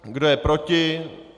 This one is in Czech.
Kdo je proti?